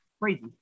crazy